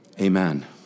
amen